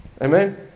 Amen